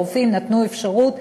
הרופאים נתנו אפשרות,